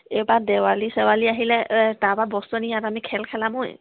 এইবাৰ দেৱালী চেৱালী আহিলে তাৰপৰা বস্তু আনি ইয়াত আমি খেল খেলাম ঐ